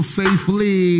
safely